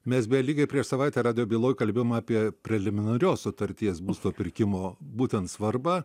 mes beje lygiai prieš savaitę radijo byloj kalbėjom apie preliminarios sutarties būsto pirkimo būtent svarbą